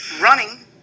running